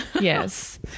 Yes